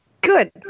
good